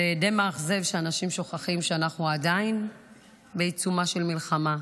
זה די מאכזב שאנשים שוכחים שאנחנו עדיין בעיצומה של מלחמה.